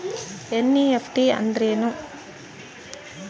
NEFT ಅಂದ್ರೆನು?